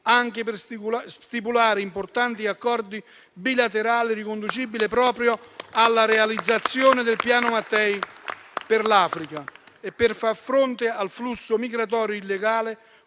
anche per stipulare importanti accordi bilaterali riconducibili proprio alla realizzazione del Piano Mattei per l'Africa e per far fronte al flusso migratorio illegale